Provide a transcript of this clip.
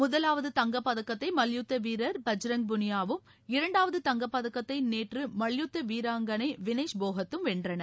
முதலாவது தங்கப் பதக்கத்தை மல்யுத்த வீரர் பஜ்ரங் பூனியாவும் இரண்டாவது தங்கப் பதக்கத்தை நேற்று மல்யுத்த வீராங்கனை வினேஷ் போகத்தும் வென்றனர்